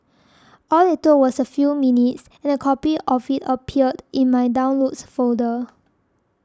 all it took was a few minutes and a copy of it appeared in my Downloads folder